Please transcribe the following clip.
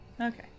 Okay